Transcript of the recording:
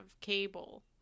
cable